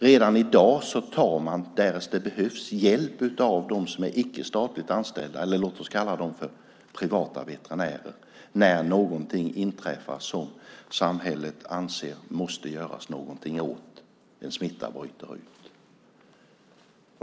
Redan i dag tar man därest det behövs hjälp av de icke-statligt anställda, eller låt oss kalla dem för privata veterinärer, när någonting inträffar som samhället anser att det måste göra någonting åt när en smitta bryter ut.